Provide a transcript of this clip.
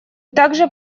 также